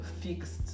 fixed